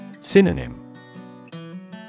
Synonym